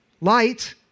Light